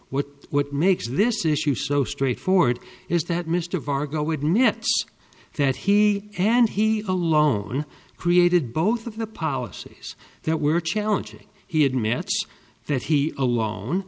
what what makes this issue so straightforward is that mr vargo admits that he and he alone created both of the policies that were challenging he admits that he alone